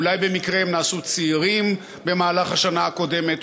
אולי במקרה הם נעשו צעירים במהלך השנה הקודמת,